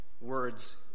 words